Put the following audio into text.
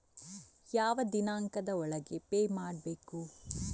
ಯಾವ ದಿನಾಂಕದ ಒಳಗೆ ಪೇ ಮಾಡಬೇಕು?